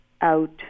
out